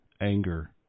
anger